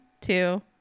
two